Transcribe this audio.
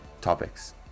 topics